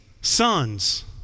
sons